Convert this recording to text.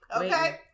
Okay